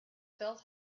felt